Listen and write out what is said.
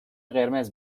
قرمز